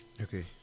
Okay